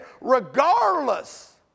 regardless